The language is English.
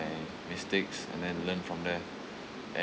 mistakes and then learn from there